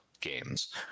games